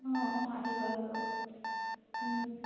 অঁ অঁ আহিব আহিব